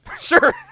Sure